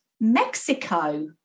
Mexico